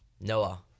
Noah